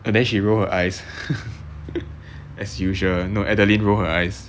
and then she rolled her eyes as usual no adeline rolled her eyes